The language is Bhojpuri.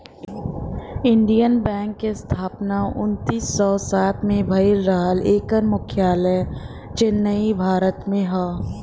इंडियन बैंक क स्थापना उन्नीस सौ सात में भयल रहल एकर मुख्यालय चेन्नई, भारत में हौ